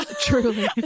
Truly